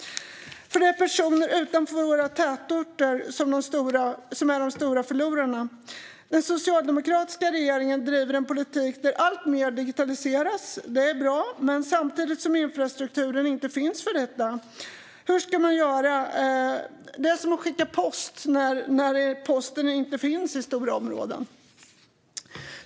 Det är personer utanför våra tätorter som är de stora förlorarna. Den socialdemokratiska regeringen driver en politik där alltmer digitaliseras. Det är bra. Men samtidigt finns inte infrastrukturen för detta. Hur ska man göra? Det är som att skicka post när posten inte finns i stora områden.